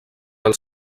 els